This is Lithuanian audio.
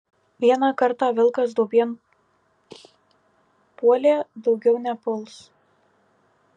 vieną kartą vilkas duobėn puolė daugiau nepuls